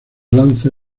lanza